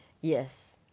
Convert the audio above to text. Yes